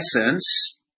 essence